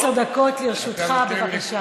עשר דקות לרשותך, בבקשה.